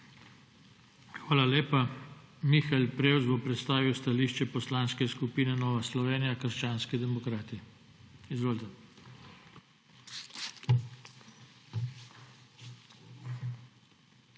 Hvala lepa. Mihael Prevc bo predstavil stališče Poslanske skupine Nova Slovenija – krščanski demokrati. Izvolite.